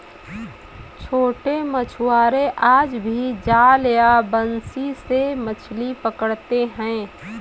छोटे मछुआरे आज भी जाल या बंसी से मछली पकड़ते हैं